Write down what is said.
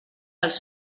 dels